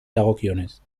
dagokionez